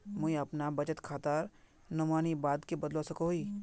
मुई अपना बचत खातार नोमानी बाद के बदलवा सकोहो ही?